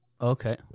Okay